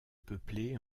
peuplée